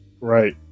Right